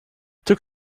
took